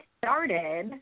started